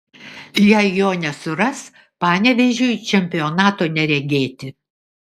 jei jo nesuras panevėžiui čempionato neregėti